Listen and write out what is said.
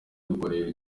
dukoresha